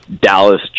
Dallas